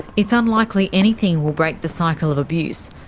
it's unlikely anything will break the cycle of abuse,